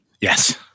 Yes